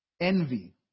Envy